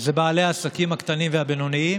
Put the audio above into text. זה בעלי העסקים הקטנים והבינוניים,